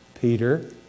Peter